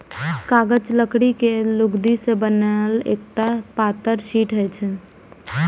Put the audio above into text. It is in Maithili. कागज लकड़ी के लुगदी सं बनल एकटा पातर शीट होइ छै